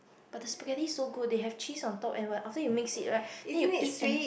but the spaghetti is so good they have cheese on top and when after you mix it right then you eat